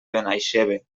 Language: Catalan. benaixeve